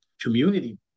community